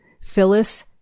Phyllis